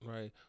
right